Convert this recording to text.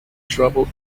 trouble